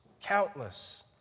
Countless